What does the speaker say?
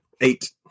Eight